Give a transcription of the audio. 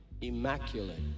immaculate